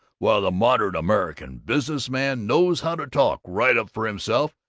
while the modern american business man knows how to talk right up for himself,